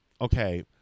okay